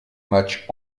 match